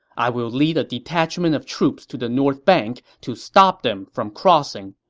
i will lead a detachment of troops to the north bank to stop them from crossing.